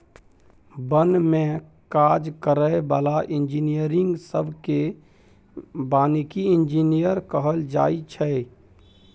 बन में काज करै बला इंजीनियरिंग सब केँ बानिकी इंजीनियर कहल जाइ छै